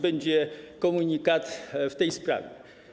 Będzie komunikat w tej sprawie.